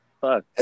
Fuck